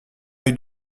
œil